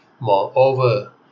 Moreover